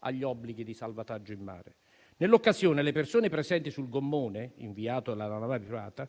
agli obblighi di salvataggio in mare. Nell'occasione, le persone presenti sul gommone, inviato dalla nave privata,